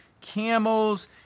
camels